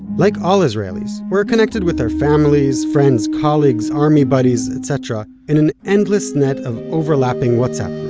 like all israelis, we're connected with our families, friends, colleagues, army buddies, etc. in an endless net of overlapping whatsapp